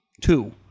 two